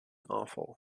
awful